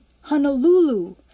Honolulu